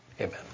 Amen